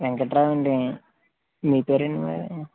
వెంకట్రావ్ అండి మీ పేరేంటి మరి